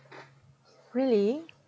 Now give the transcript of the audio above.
really